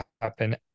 happen